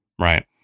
Right